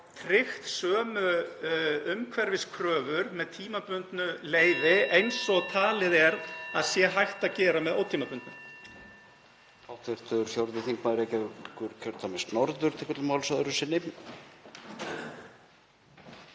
tryggt sömu umhverfiskröfur með tímabundnu leyfi (Forseti hringir.) eins og talið er að sé hægt að gera með ótímabundnu.